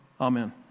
Amen